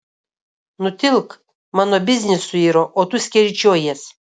nutilk mano biznis suiro o tu skeryčiojies